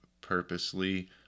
purposely